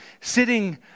sitting